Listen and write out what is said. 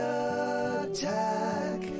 attack